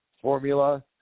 formula